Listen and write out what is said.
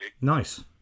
Nice